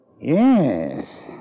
Yes